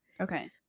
Okay